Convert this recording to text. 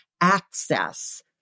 access